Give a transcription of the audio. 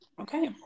Okay